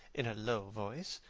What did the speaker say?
in a low voice,